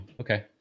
okay